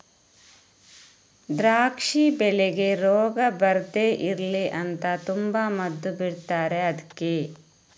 ದ್ರಾಕ್ಷಿ ಬೆಳೆಗೆ ರೋಗ ಬರ್ದೇ ಇರ್ಲಿ ಅಂತ ತುಂಬಾ ಮದ್ದು ಬಿಡ್ತಾರೆ ಅದ್ಕೆ